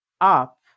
up